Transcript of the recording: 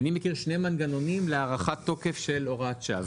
אני מכיר שני מנגנונים להארכת תוקף של הוראת שעה.